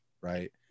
right